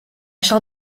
shall